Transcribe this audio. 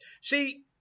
See